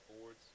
boards